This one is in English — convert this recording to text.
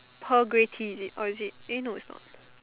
pearl grey tea is it or is it eh no it's not